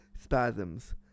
Spasms